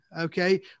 okay